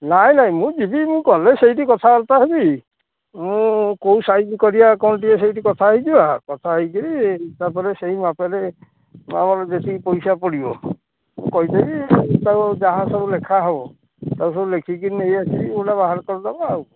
ନାହିଁ ନାହିଁ ମୁଁ ଯିବି ମୁଁ ଗଲେ ସେଇଟି କଥାବାର୍ତ୍ତା ହେବି ମୁଁ କେଉଁ ସାଇଜ୍ କରିବା କ'ଣ ଟିକେ ସେଇଟି କଥା ହେଇଯିବା କଥା ହେଇ କରି ତା'ପରେ ସେଇ ମାପରେ ନହେଲେ ଯେତିକି ପଇସା ପଡ଼ିବ କହିଦେବି ତାକୁ ଯାହାସବୁ ଲେଖା ହେବ ତାକୁ ସବୁ ଲେଖିକି ନେଇ ଆସିକି କେଉଁଟା ବାହାର କରିଦେବା ଆଉ